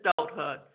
adulthood